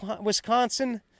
Wisconsin